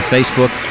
Facebook